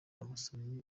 abasomyi